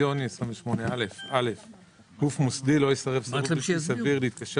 פנסיוני גוף מוסדי לא יסרב סירוב בלתי סביר להתקשר